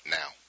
now